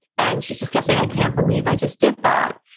and she just kept saying, i can't believe i just did that.